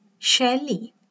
Shelley